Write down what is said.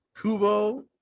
Kubo